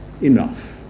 enough